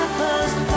first